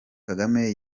kagame